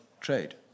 trade